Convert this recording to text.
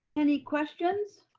any questions?